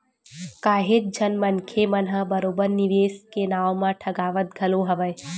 काहेच झन मनखे मन ह बरोबर निवेस के नाव म ठगावत घलो हवय